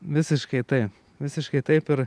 visiškai taip visiškai taip ir